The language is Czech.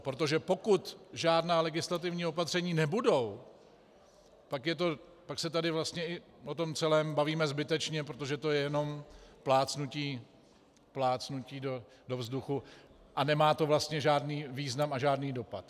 Protože pokud žádná legislativní opatření nebudou, pak se tady vlastně i o tom celém bavíme zbytečně, protože to je jenom plácnutí do vzduchu a nemá to vlastně žádný význam a žádný dopad.